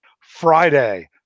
Friday